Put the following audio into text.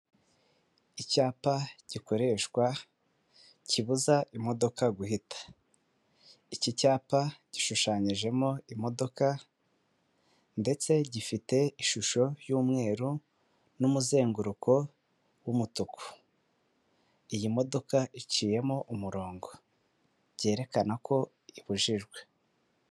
Icyapa gikoreshwa kibuza imodoka guhita, iki cyapa gishushanyijemo imodoka ndetse gifite ishusho y'umweru n'umuzenguruko w'umutuku, iyi modoka iciyemo umurongo byerekana ko ibujijwe.